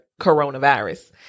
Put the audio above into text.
coronavirus